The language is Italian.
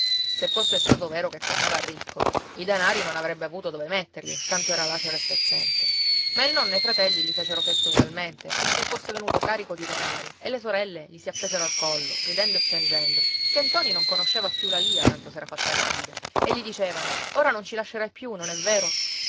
se fosse stato vero che tornava ricco i danari non avrebbe avuto dove metterli tanto era lacero e pezzente ma il nonno e i fratelli gli fecero festa ugualmente come se fosse venuto carico di denari e le sorelle gli si appesero al collo ridendo e piangendo che ntoni non conosceva più la lia tanto s'era fatta grande e gli dicevano ora non ci lascerai più non è vero